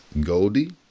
Goldie